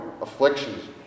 afflictions